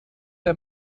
der